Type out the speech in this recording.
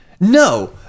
no